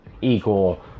equal